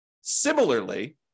Similarly